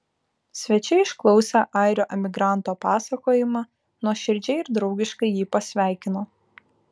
svečiai išklausę airio emigranto pasakojimą nuoširdžiai ir draugiškai jį pasveikino